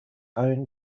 own